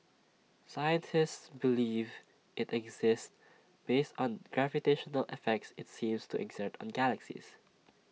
scientists believe IT exists based on gravitational effects IT seems to exert on galaxies